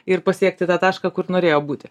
ir pasiekti tą tašką kur norėjo būti